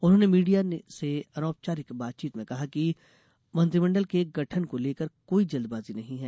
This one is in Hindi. उन्होंने मीडिया से अनौपचारिक बातचीत में कहा कि मंत्रिमंडल के गठन को लेकर कोई जल्दबाजी नहीं है